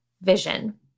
vision